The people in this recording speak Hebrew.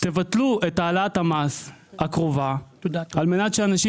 תבטלו את העלאת המס הקרובה על מנת שאנשים